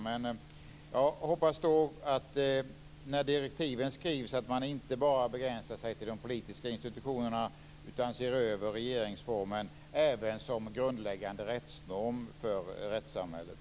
Men jag hoppas att man, när direktiven skrivs, inte bara begränsar sig till de politiska institutionerna utan att man ser över regeringsformen även som grundläggande rättsnorm för rättssamhället.